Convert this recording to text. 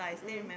mm